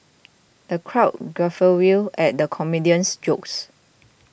the crowd guffawed at the comedian's jokes